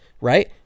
right